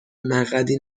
مقعدی